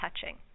touching